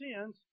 sins